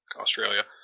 Australia